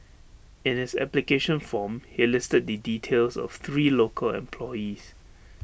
in his application form he listed the details of three local employees